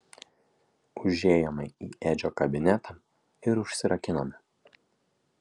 užėjome į edžio kabinetą ir užsirakinome